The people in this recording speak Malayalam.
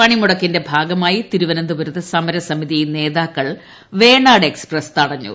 പണിമുടക്കിന്റെ ഭാഗമായി തിരുവനന്തപുരത്ത് സമരസമിതി നേതാക്കൾ വേണാട് എക്സ്പ്രസ് തടഞ്ഞു